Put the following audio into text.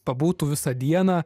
pabūtų visą dieną